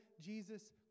Jesus